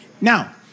Now